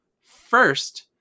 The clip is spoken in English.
first